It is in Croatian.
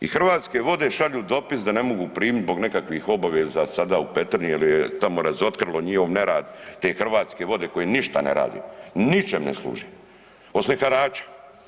I Hrvatske vode šalju dopis da ne mogu primit zbog nekakvih obaveza sada u Petrinji jer je tamo razotkrilo njihov nerad te Hrvatske vode koje ništa ne rade, ničem ne služe osim harača.